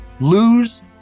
Lose